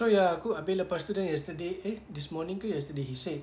so ya aku abeh lepastu then yesterday eh this morning ke yesterday he said